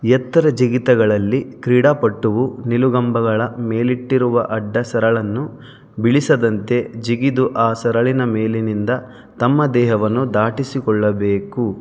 ಎತ್ತರ ಜಿಗಿತಗಳಲ್ಲಿ ಕ್ರೀಡಾಪಟುವು ನಿಲುಗಂಬಗಳ ಮೇಲಿಟ್ಟಿರುವ ಅಡ್ಡ ಸರಳನ್ನು ಭೀಳಿಸದಂತೆ ಜಿಗಿದು ಆ ಸರಳಿನ ಮೇಲಿನಿಂದ ತಮ್ಮ ದೇಹವನ್ನು ದಾಟಿಸಿಕೊಳ್ಳಬೇಕು